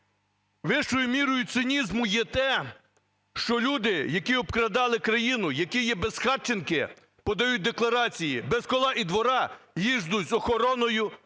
Вищою мірою цинізму є те, що люди, які обкрадали країну, які є безхатченки, подають декларації: без кола і двора, їздять з охороною кортежами,